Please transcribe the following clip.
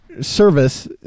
service